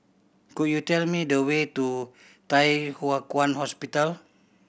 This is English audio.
could you tell me the way to Thye Hua Kwan Hospital